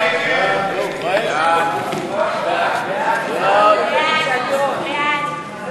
הודעת הממשלה על